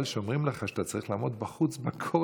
אבל כשאומרים לך שאתה צריך לעמוד בחוץ בקור